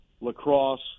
lacrosse